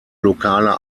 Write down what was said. lokale